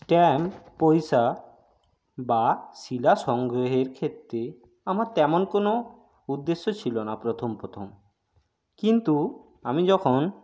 stamp পয়সা বা শিলা সংগ্রহের ক্ষেত্রে আমার তেমন কোনও উদ্দেশ্য ছিল না প্রথম প্রথম কিন্তু আমি যখন